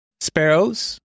Sparrows